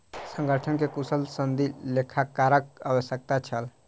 संगठन के कुशल सनदी लेखाकारक आवश्यकता छल